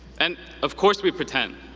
and of course we pretend.